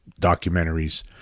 documentaries